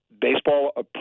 baseball